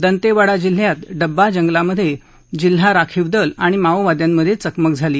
दंतप्रांडा जिल्ह्यात डब्बा जंगलामधा जिल्हा राखीव दल आणि माओवाद्यांचा प्रिकमक झाली